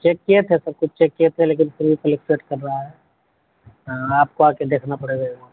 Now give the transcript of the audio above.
check کیا تھا سب کچھ چیک کیا تھا لیکن پھر بھی فلیکچوئٹ کر رہا ہے ہاں آپ کو آ کے دیکھنا پڑے گا ایک بار